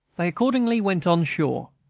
they accordingly went on shore,